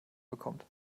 bekommt